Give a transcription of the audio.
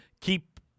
keep